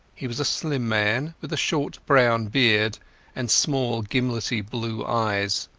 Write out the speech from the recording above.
he was a slim man, with a short brown beard and small, gimlety blue eyes.